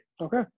Okay